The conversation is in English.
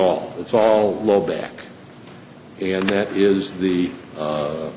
ll it's all low back and that is the